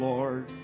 Lord